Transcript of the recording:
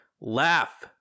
Laugh